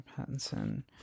Pattinson